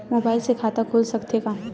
Mobile से खाता खुल सकथे का?